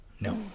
No